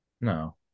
No